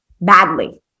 badly